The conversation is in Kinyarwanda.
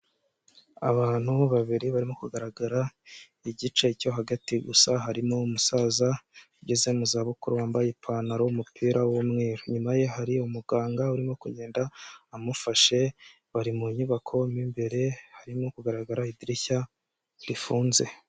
Abantu babiri barimo kugaragara igice cyo hagati gusa, harimo umusaza ugeze mu zabukuru, wambaye ipantaro yumupira w'umweru. Inyuma ye hari umuganga urimo kugenda amufashe, bari mu nyubako mo imbere harimo kugaragara idirishya rifunze.